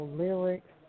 lyrics